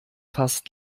fast